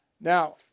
Now